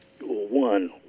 One